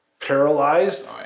paralyzed